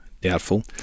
Doubtful